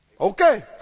Okay